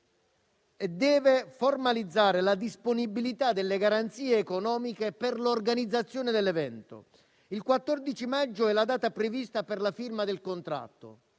formalizzando la disponibilità delle garanzie economiche per la sua organizzazione. Il 14 maggio è la data prevista per la firma del contratto